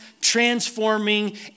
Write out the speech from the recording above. transforming